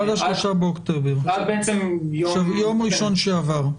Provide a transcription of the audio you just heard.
עד ה-3 באוקטובר, יום ראשון שעבר.